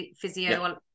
physio